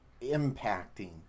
impacting